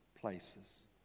places